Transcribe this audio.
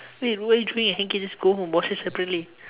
wait why do you doing a hankie just go home and wash it separately